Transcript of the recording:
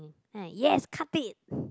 then I yes cut it